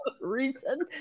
reason